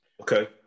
Okay